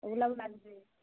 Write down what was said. ওগুলোও লাগবে